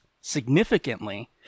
significantly